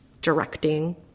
directing